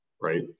right